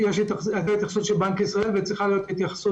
יש התייחסות של בנק ישראל וצריכה להיות של